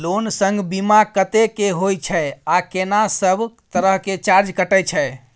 Loan संग बीमा कत्ते के होय छै आ केना सब तरह के चार्ज कटै छै?